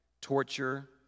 torture